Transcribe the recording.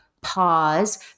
pause